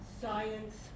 science